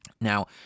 Now